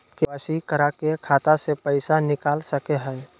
KYC करा के खाता से पैसा निकल सके हय?